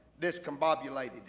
discombobulated